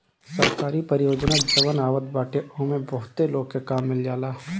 सरकारी परियोजना जवन आवत बाटे ओमे बहुते लोग के काम मिल जाला